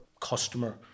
customer